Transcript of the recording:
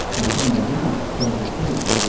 the thing to do is to tell the truth.